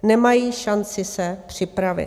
Nemají šanci se připravit.